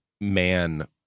man